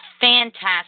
fantastic